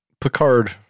Picard